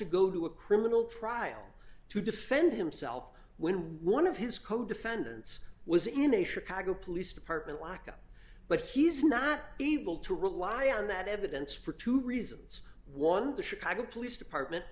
to go to a criminal trial to defend himself when one of his co defendants was in a chicago police department lacka but he's not able to rely on that evidence for two reasons one the chicago police department